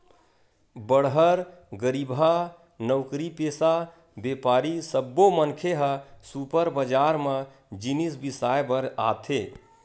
बड़हर, गरीबहा, नउकरीपेसा, बेपारी सब्बो मनखे ह सुपर बजार म जिनिस बिसाए बर आथे